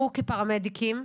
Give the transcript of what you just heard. פרמדיק.